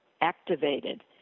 activated